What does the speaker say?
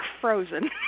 frozen